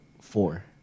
four